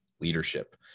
leadership